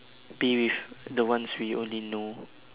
be with the ones we only know